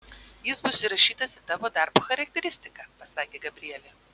jis bus įrašytas į tavo darbo charakteristiką pasakė gabrielė